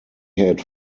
had